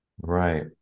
Right